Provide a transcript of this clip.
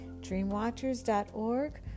DreamWatchers.org